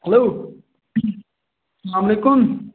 hello السلام علیکُم